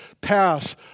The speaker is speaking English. pass